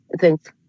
Thanks